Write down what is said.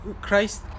Christ